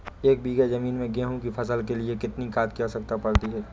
एक बीघा ज़मीन में गेहूँ की फसल के लिए कितनी खाद की आवश्यकता पड़ती है?